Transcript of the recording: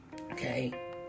Okay